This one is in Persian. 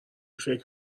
فکر